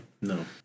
No